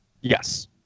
Yes